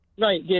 right